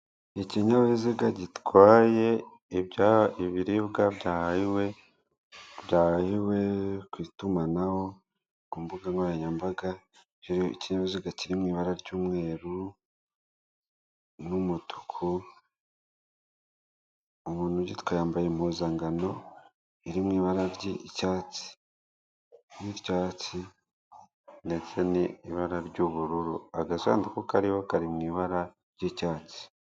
Imbere yacu turahabona ishusho y'akabari keza cyane karimo umuntu tutabashije kumenya uwo ari we. Harimo amayoga ndetse n'intebe zo kwicaraho, bigaragara ko aho hantu ari ahagenewe gucuruza ayo mayoga.